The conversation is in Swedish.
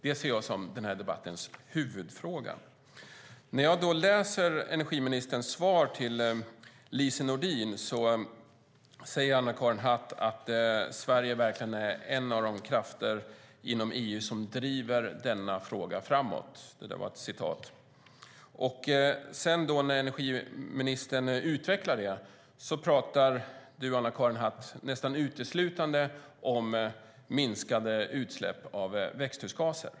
Det ser jag som den här debattens huvudfråga. När jag då läser energiminister Anna-Karin Hatts svar till Lise Nordin ser jag att hon säger att "Sverige är en av de krafter inom EU som verkligen driver denna fråga framåt". När energiminister Anna-Karin Hatt utvecklar det pratar hon nästan uteslutande om minskade utsläpp av växthusgaser.